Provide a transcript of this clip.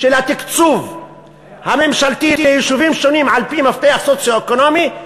של התקצוב הממשלתי ליישובים שונים על-פי מפתח סוציו-אקונומי,